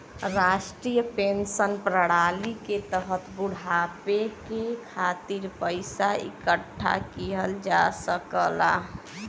राष्ट्रीय पेंशन प्रणाली के तहत बुढ़ापे के खातिर पइसा इकठ्ठा किहल जा सकला